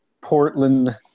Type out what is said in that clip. portland